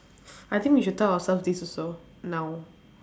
I think we should tell ourselves this also now